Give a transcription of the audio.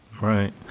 Right